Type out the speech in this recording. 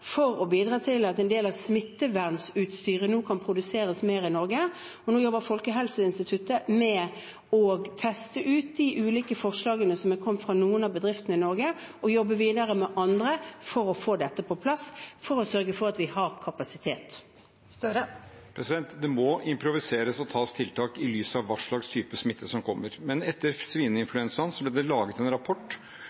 for å bidra til at en del av smittevernutstyret nå kan produseres mer i Norge. Nå jobber Folkehelseinstituttet med å teste ut de ulike forslagene som er kommet fra noen av bedriftene i Norge, og jobber videre med andre for å få dette på plass for å sørge for at vi har kapasitet. Jonas Gahr Støre – til oppfølgingsspørsmål. Det må improviseres og settes inn tiltak i lys av hva slags smitte som kommer. Men etter